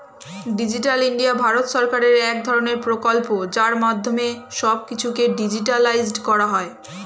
digital India Bharat সরকারের এক ধরণের প্রকল্প যার মাধ্যমে সব কিছুকে ডিজিটালাইসড করা হয়